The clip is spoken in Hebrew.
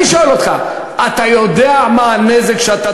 אני שואל אותך: אתה יודע מה הנזק שאתה